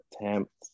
attempt